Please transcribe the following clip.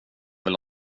vill